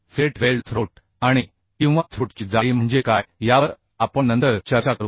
fillet weld throat आणि किंवा throat ची जाडी म्हणजे काय यावर आपण नंतर चर्चा करू